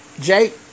Jake